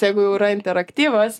jeigu yra interaktyvūs